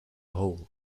whole